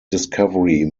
discovery